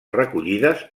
recollides